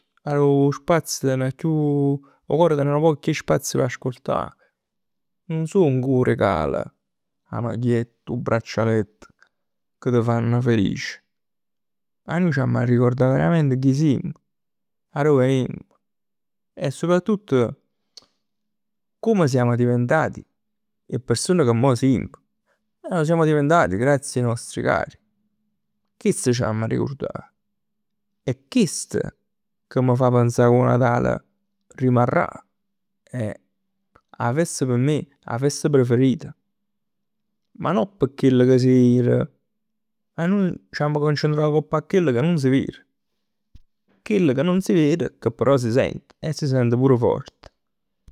Arò 'o spazio ten chiù, 'o core ten nu poc chiù 'e spazio p' ascoltà. Nun song 'o regal, 'a magliett, 'o braccialett, ca t' fann felic, ma nuje c'amma arricurdà verament chi simm. Arò venimm. E soprattutt come siamo diventati 'e persone che mo simm. Lo siamo diventati grazie ai nostri cari. Chest ch'amma arricurdà. È chest che m' fa pensà 'o Natal rimarrà e 'a festa p' me, 'a festa preferita. Ma no p' chell ca s' ver. Ch'amma concentrà ngopp a chell ca nun s' ver. Chell ca nun s' ver, che però s' sent e s' sent pur fort.